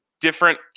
different